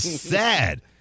sad